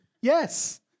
Yes